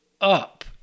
up